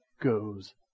goes